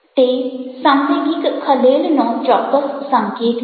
તે સાંવેગિક ખલેલનો ચોક્કસ સંકેત છે